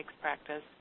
practice